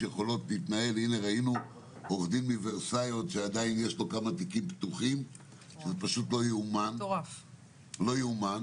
דיברת על תיקים פתוחים מאסון ורסאי וזה פשוט לא יאומן